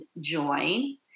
join